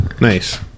Nice